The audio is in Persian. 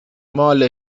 مال